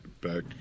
back